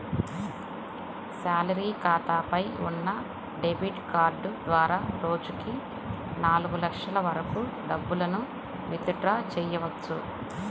salary ఖాతాపై ఉన్న debit card ద్వారా రోజుకి నాలుగు లక్షల వరకు డబ్బులను విత్ డ్రా చెయ్యవచ్చు